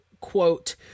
quote